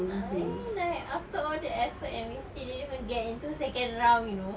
I mean like after all the effort and everything we still didn't get into second round you know